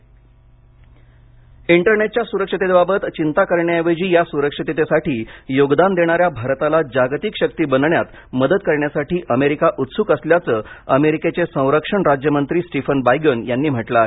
internet सुरक्षा इंटरनेटच्या सुरक्षिततेबाबत चिंता करण्याऐवजी या सुरक्षिततेसाठी योगदान देणाऱ्या भारताला जागतिक शक्ती बनण्यात मदत करण्यासाठी अमेरिका उत्सुक असल्याचं अमेरिकेचे संरक्षण राज्यमंत्री स्टीफन बायगन यांनी म्हटलं आहे